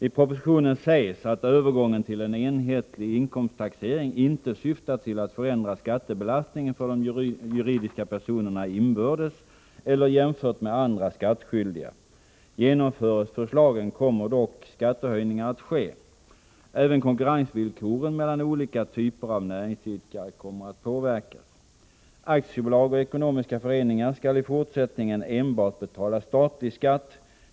I propositionen sägs att övergången till en enhetlig inkomsttaxering inte syftar till att förändra skattebelastningen för de juridiska personerna inbördes eller jämfört med andra skattskyldiga. Genomförs förslagen kommer dock skattehöjningar att ske. Även konkurrensvillkoren mellan olika typer av näringsidkare kommer att påverkas. Aktiebolag och ekonomiska föreningar skall i fortsättningen enbart betala statlig skatt.